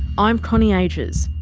i'm connie agius,